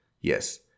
Yes